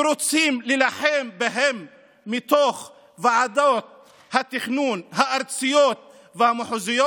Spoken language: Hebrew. ורוצה להילחם בהם מתוך ועדות התכנון הארציות והמחוזיות.